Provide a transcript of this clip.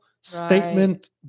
statement